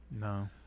No